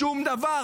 שום דבר,